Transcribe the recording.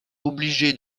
obligé